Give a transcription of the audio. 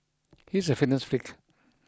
he is a fitness freak